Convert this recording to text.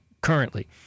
currently